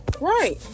Right